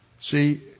See